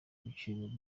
ibiciro